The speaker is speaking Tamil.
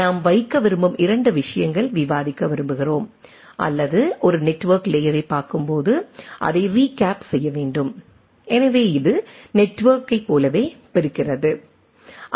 நாம் வைக்க விரும்பும் இரண்டு விஷயங்கள் விவாதிக்க விரும்புகிறோம் அல்லது ஒரு நெட்வெர்க் லேயரைப் பார்க்கும்போது அதை ரீகேப் செய்ய வேண்டும் எனவே இது நெட்வெர்க்கைப் போலவே பிரிக்கிறது ஐ